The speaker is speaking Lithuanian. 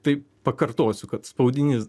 tai pakartosiu kad spaudinys